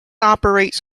operates